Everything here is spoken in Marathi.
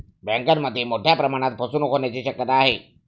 बँकांमध्ये मोठ्या प्रमाणात फसवणूक होण्याची शक्यता आहे